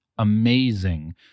Amazing